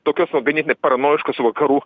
tokios jau ganėtinai paranojiškos v